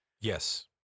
Yes